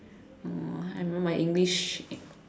oh I remember my English